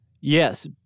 Yes